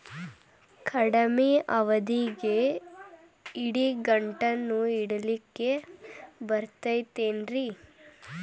ಕಡಮಿ ಅವಧಿಗೆ ಇಡಿಗಂಟನ್ನು ಇಡಲಿಕ್ಕೆ ಬರತೈತೇನ್ರೇ?